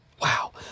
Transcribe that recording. Wow